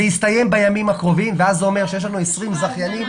זה יסתיים בימים הקרובים וזה אומר שיש לנו 20 זכיינים.